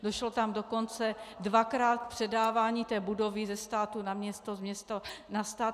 Došlo tam dokonce dvakrát k předávání budovy ze státu na město, z města na stát.